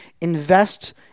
invest